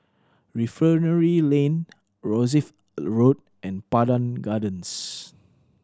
Refinery Lane Rosyth Road and Pandan Gardens